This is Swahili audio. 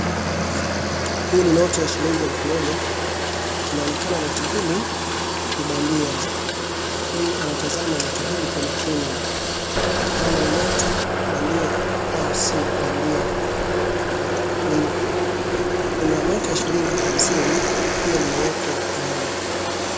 Hili ni noti ya shilingi ya elfu moja. Inaonekana noti hili ni bandia. Huyu anatazama noti hili kwa makini kama ni noti bandia au si bandia. Kuna noti ya shilingi hamsini pia limewekwa pale.